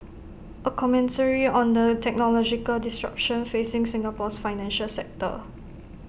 A commentary on the technological disruption facing Singapore's financial sector